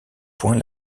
point